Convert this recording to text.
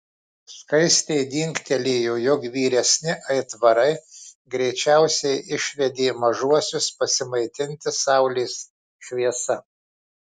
skaistei dingtelėjo jog vyresni aitvarai greičiausiai išvedė mažuosius pasimaitinti saulės šviesa